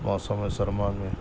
موسم سرما میں